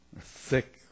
thick